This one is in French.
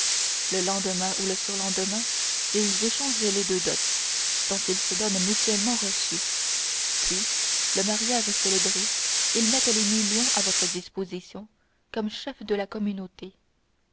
le lendemain ou le surlendemain ils échangent les deux dots dont ils se donnent mutuellement reçu puis le mariage célébré ils mettent les millions à votre disposition comme chef de la communauté